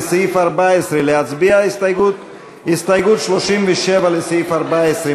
להצביע על ההסתייגות לסעיף 14?